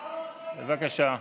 בבקשה.